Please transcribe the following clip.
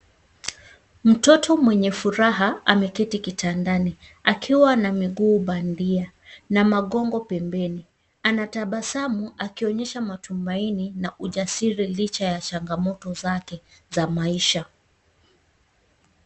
Mtoto mwenye furaha ameketi kitandani, akiwa na miguu bandia, na magongo pembeni. Anatabasamu akionyesha matumaini na ujasiri, licha ya changamoto zake za maisha.